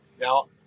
Now